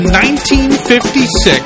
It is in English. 1956